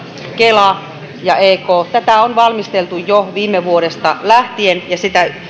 kela ja ek tätä on valmisteltu jo viime vuodesta lähtien ja sitä